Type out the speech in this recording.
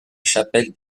chapelle